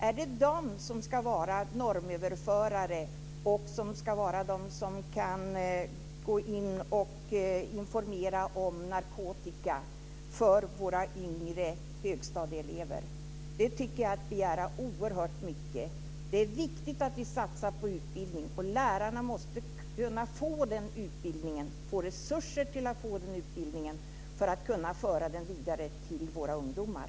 Är det de som ska vara normöverförare och informera om narkotika för våra yngre högstadieelever? Det tycker jag är att begära oerhört mycket. Det är viktigt att vi satsar på utbildning, och lärarna måste kunna få den utbildningen, få resurser till den utbildningen för att kunna föra den vidare till våra ungdomar.